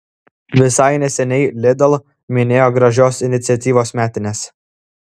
visai neseniai lidl minėjo gražios iniciatyvos metines